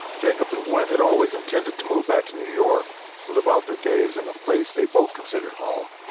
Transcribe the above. jacob and gwen had always intended to move back to new york and live out their days in a place they both consider home.